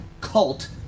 cult